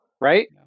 right